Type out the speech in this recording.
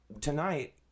tonight